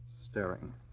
staring